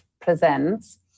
presents